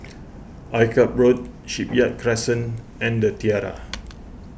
Akyab Road Shipyard Crescent and the Tiara